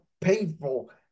painful